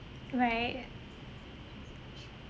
right